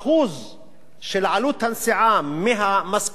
של עלות הנסיעה מהמשכורת הממוצעת